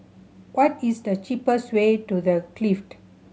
what is the cheapest way to The Clift